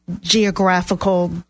geographical